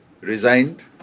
resigned